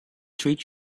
treat